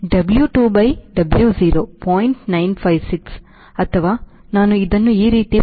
956 ಅಥವಾ ನಾನು ಇದನ್ನು ಈ ರೀತಿ ಬರೆಯುತ್ತೇನೆ